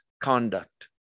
conduct